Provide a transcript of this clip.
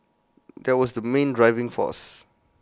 that was the main driving force